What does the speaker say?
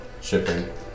Shipping